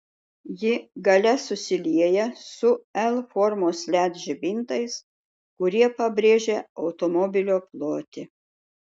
ji gale susilieja su l formos led žibintais kurie pabrėžia automobilio plotį